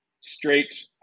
straight